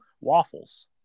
waffles